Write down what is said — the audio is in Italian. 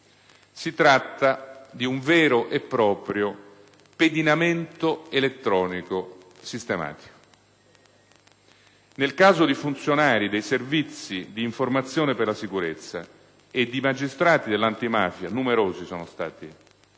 Si tratta di un vero e proprio pedinamento elettronico sistematico. Nel caso di funzionari dei Servizi di informazione per la sicurezza e di magistrati dell'Antimafia (numerosi dei quali sono